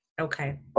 okay